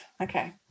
Okay